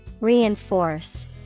Reinforce